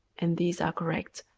and these are correct,